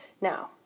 Now